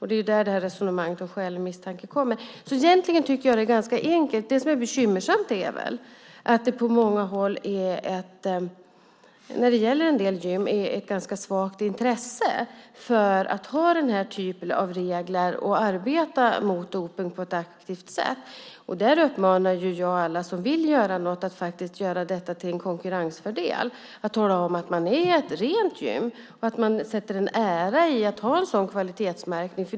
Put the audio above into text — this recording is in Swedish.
Det är ju därifrån det här resonemanget om skälig misstanke kommer. Egentligen tycker jag att det är ganska enkelt. Det som är bekymmersamt är väl att det på många gym finns ett ganska svagt intresse för att ha den här typen av regler och arbeta mot dopning på ett aktivt sätt. Där uppmanar jag alla som vill göra något att faktiskt göra det till en konkurrensfördel att tala om att man är ett rent gym och att man sätter en ära i att ha en sådan kvalitetsmärkning.